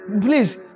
please